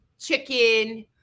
chicken